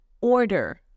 order